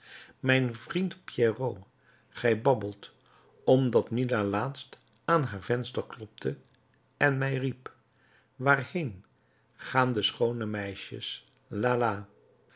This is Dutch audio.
mijn vriend pierrot gij babbelt omdat mila laatst aan haar venster klopte en mij riep waarheen enz die meisjes